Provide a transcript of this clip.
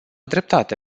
dreptate